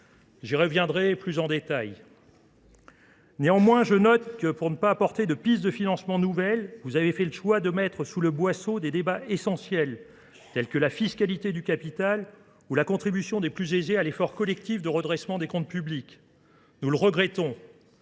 J'y reviendrai plus en détail. Néanmoins, je note que pour ne pas apporter de piste de financement nouvelle, vous avez fait le choix de mettre sous le boisseau des débats essentiels tels que la fiscalité du capital ou la contribution des plus aisés à l'effort collectif de redressement des comptes publics. Nous le regrettons,